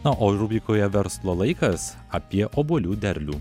na o rubrikoje verslo laikas apie obuolių derlių